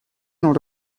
not